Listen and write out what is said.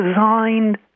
designed